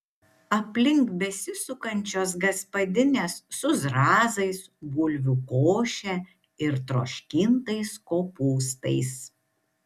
aplink besisukančios gaspadinės su zrazais bulvių koše ir troškintais kopūstais